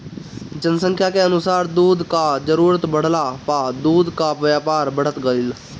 जनसंख्या के अनुसार दूध कअ जरूरत बढ़ला पअ दूध कअ व्यापार बढ़त गइल